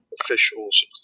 officials